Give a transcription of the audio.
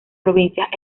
provincias